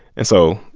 and so,